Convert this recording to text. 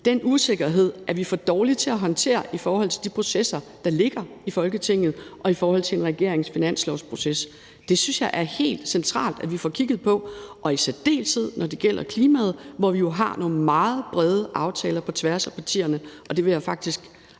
Den usikkerhed er vi for dårlige til at håndtere i forhold til de processer, der ligger i Folketinget, og i forhold til en regerings finanslovsproces. Det synes jeg er helt centralt at vi får kigget på, og i særdeleshed når det gælder klimaet, hvor vi jo har nogle meget brede aftaler på tværs af partierne. Og det vil jeg faktisk